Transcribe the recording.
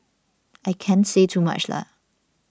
I can't say too much lah